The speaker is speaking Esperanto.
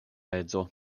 edzo